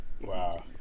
wow